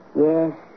Yes